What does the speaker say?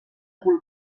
cul